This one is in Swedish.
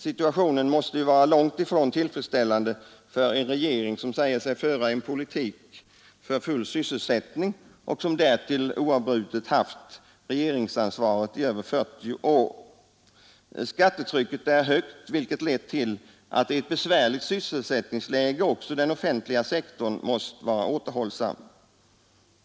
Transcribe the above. Situationen måste ju vara långt ifrån tillfredsställande för en regering som säger sig föra en politik för full sysselsättning och som därtill oavbrutet haft regeringsansvaret i över 40 år. Skattetrycket är högt, vilket lett till att i ett besvärligt sysselsättningsläge också den offentliga sektorn måst vara återhållsam.